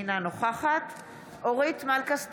אינה נוכחת אורית מלכה סטרוק,